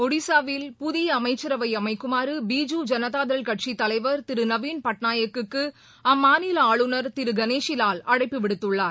ஒடிசாவில் புதியஅமைச்சரவைஅமைக்குமாறுபிஜு ஜனதாதள் கட்சித் தலைவர் திருநவீன் பட்நாயக்குக்கு அம்மாநிலஆளுநர் திருகணேஷிவால் அழைப்பு விடுத்துள்ளார்